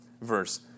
verse